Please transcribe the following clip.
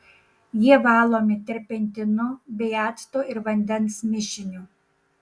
jie valomi terpentinu bei acto ir vandens mišiniu